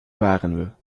waren